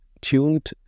tuned